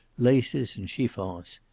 laces and chiffons.